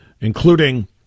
including